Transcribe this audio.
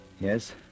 Yes